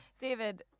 David